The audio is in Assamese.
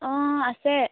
অঁ আছে